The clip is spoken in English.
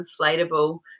inflatable